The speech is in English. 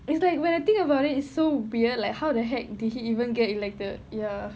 it's like when I think about it so weird like how the heck did he even get elected ya